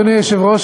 אדוני היושב-ראש,